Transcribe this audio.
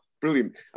brilliant